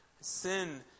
Sin